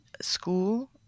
school